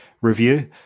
review